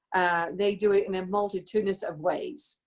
they do it in a multitudinous of ways.